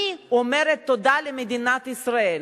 אני אומרת תודה למדינת ישראל.